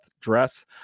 dress